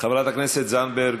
חברת הכנסת זנדברג,